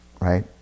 right